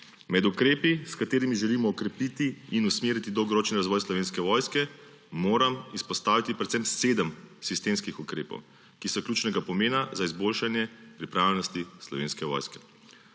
Med ukrepi, s katerimi želimo okrepiti in usmeriti dolgoročni razvoj Slovenske vojske, moram izpostaviti predvsem sedem sistemskih ukrepov, ki so ključnega pomena za izboljšanje pripravljenosti Slovenske vojske.